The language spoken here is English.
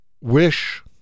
wish